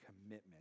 commitment